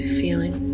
feeling